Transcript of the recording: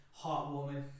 heartwarming